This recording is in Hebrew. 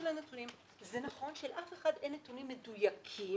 זה נכון שלאף אחד אין נתונים מדויקים